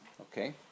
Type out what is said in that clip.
Okay